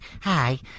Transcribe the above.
Hi